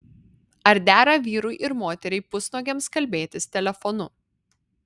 ar dera vyrui ir moteriai pusnuogiams kalbėtis telefonu